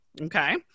okay